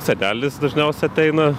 senelis dažniausia ateina